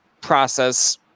process